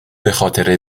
بخاطر